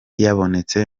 yabonetse